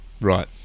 Right